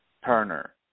Turner